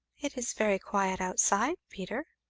it is very quiet outside, peter.